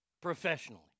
professionally